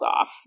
off